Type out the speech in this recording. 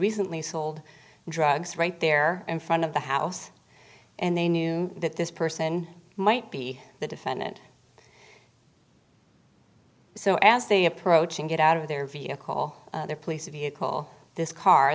recently sold drugs right there in front of the house and they knew that this person might be the defendant so as they approach and get out of their vehicle their police vehicle this car